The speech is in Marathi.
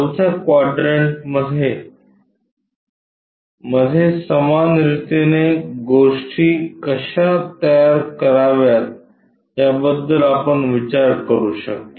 चौथ्या क्वाड्रंटमध्ये मध्ये समान रितीने गोष्टी कशा तयार कराव्यात याबद्दल आपण विचार करू शकता